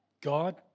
God